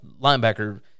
linebacker